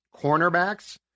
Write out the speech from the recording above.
cornerbacks